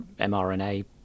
mRNA